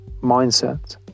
mindset